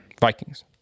Vikings